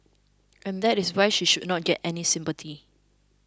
and that is why she should not get any sympathy